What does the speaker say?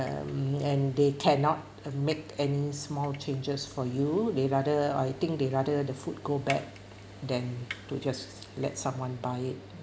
um and they cannot uh make any small changes for you they rather I think they rather the food go bad then to just let someone buy it